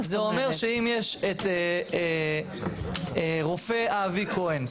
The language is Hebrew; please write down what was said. זה אומר שאם יש רופא אבי כהן,